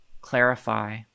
clarify